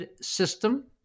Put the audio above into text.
system